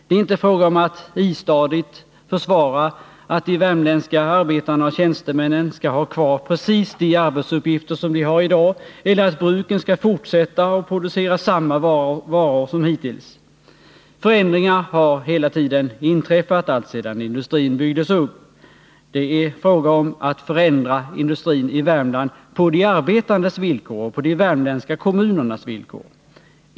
Det är inte fråga om att istadigt försvara att de värmländska arbetarna och tjänstemännen skall ha kvar precis de arbetsuppgifter som de har i dag eller att bruken skall fortsätta att Nr 116 producera samma varor som hittills. Förändringar har hela tiden inträffat, alltsedan industrin byggdes upp. Det är fråga om att förändra industrin i Värmland på de arbetandes villkor och på de värmländska kommunernas villkor.